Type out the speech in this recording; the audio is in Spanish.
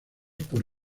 por